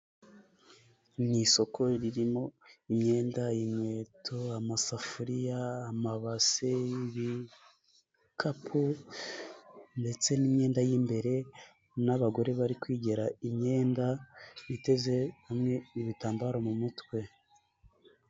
Ni isoko ririmo imyenda, ikweto, amasafuriya, amabase, ibikapu ndetse n'imyenda, y'imbere, n'abagore bari kwigira imyenda, biteze bamwe ibitambaro mu mutwe.